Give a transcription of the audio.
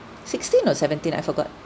sixteen or seventeen I forgot